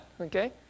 Okay